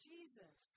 Jesus